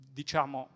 diciamo